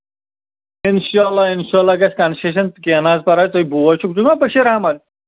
اِنشاء اللہ اِنشاء اللہ گژھِ کَنسیشَن تہٕ کیٚنہہ نہٕ حظ پَرواے ژٔے بوے چھُکھ ژٕ چھُکھ نہ بشیٖر احمد